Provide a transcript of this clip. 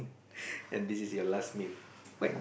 and this is your last meal